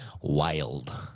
wild